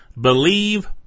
believe